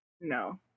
no